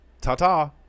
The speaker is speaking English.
Ta-ta